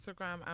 Instagram